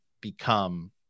become